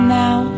now